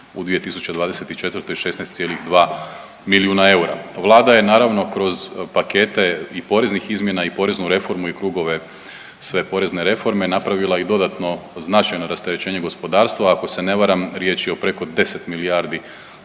u 2024. 16,2 milijuna eura. Vlada je naravno kroz pakete i poreznih izmjena i poreznu reformu i krugove sve porezne reforme napravila i dodatno značajno rasterećenje gospodarstva, ako se ne varam riječ je o preko 10 milijardi